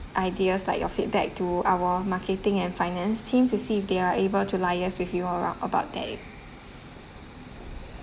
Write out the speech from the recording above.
ideas like your feedback to our marketing and finance team to see if they are able to liaise with you aro~ about that